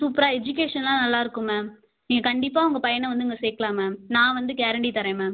சூப்பராக எஜுகேஷன்லாம் நல்லாயிருக்கும் மேம் நீங்கள் கண்டிப்பாக உங்கள் பையனை வந்து இங்கே சேர்க்கலாம் மேம் நான் வந்து கேரண்டி தர்றேன் மேம்